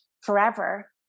forever